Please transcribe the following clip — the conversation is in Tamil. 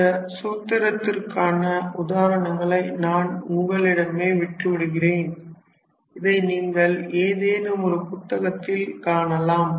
இந்த சூத்திரத்திற்கான உதாரணங்களை நான் உங்களிடமே விட்டுவிடுகிறேன் இதை நீங்கள் ஏதேனும் ஒரு புத்தகத்தில் காணலாம்